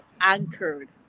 anchored